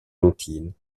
routine